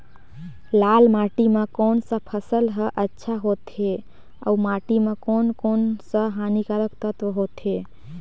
लाल माटी मां कोन सा फसल ह अच्छा होथे अउर माटी म कोन कोन स हानिकारक तत्व होथे?